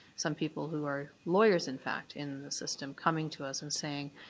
some people who are lawyers in fact in the system, coming to us and saying,